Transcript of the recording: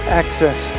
access